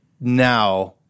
now